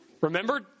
Remember